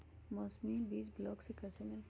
मौसमी बीज ब्लॉक से कैसे मिलताई?